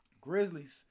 Grizzlies